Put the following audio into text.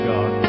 God